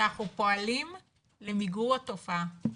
שאנחנו פועלים למיגור התופעה.